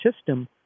system